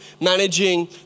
managing